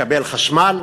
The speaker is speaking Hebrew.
לקבל חשמל.